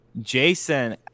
Jason